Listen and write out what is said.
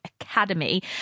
Academy